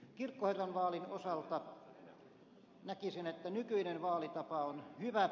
kirkkoherranvaalin osalta näkisin että nykyinen vaalitapa on hyvä